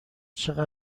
چقدر